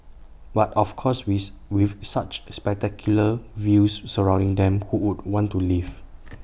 but of course with with such spectacular views surrounding them who would want to leave